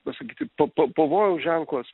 pasakyti pa pa pavojaus ženklas